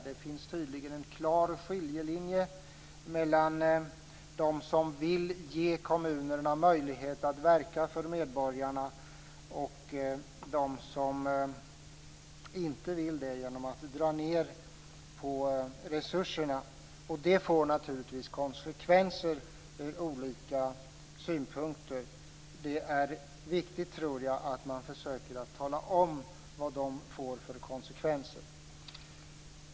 Det finns tydligen en klar skiljelinje mellan dem som vill ge kommunerna möjlighet att verka för medborgarna och dem som inte vill det genom att dra ned på resurserna. Det får naturligtvis konsekvenser från olika synpunkter. Det är viktigt, tror jag, att man försöker tala om vad detta får för konsekvenser.